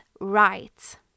right